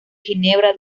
ginebra